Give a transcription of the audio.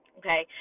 okay